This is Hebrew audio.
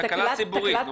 תקלה ציבורית.